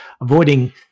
avoiding